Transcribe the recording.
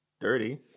dirty